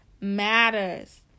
matters